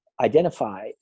identify